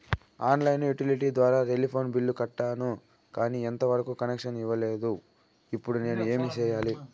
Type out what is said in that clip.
On line utility ద్వారా telephone bill కట్టాను, కానీ ఎంత వరకు కనెక్షన్ ఇవ్వలేదు, ఇప్పుడు నేను ఏమి సెయ్యాలి?